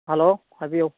hello ꯍꯥꯏꯕꯤꯌꯨ